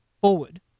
forward